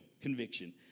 conviction